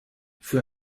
für